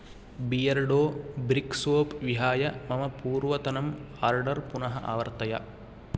Beardo brick soap विहाय मम पूर्वतनम् आर्डर् पुनः आवर्तय